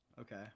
Okay